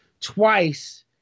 Twice